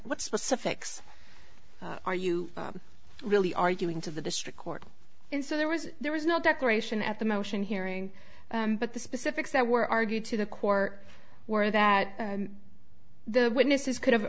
what specifics are you really arguing to the district court and so there was there was no declaration at the motion hearing but the specifics that were argued to the court were that the witnesses could